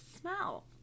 smell